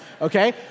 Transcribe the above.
okay